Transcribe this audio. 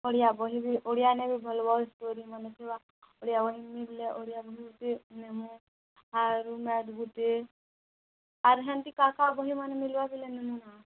ଓଡ଼ିଆ ବହି ବି ଓଡ଼ିଆ ନେ ବି ଭଲ ଭଲ ଷ୍ଟୋରିମାନେ ଥିବା ଓଡ଼ିଆ ବହି ମିଲଲେ ଓଡ଼ିଆ ବହି ବି ନେମୁ ଆରୁ ମ୍ୟାଥ୍ ଗୁଟିଏ ଆର ହେମିତି କା କାଣା ବହିମାନେ ମିଲବା ବେଲେ ନେମୁ ନା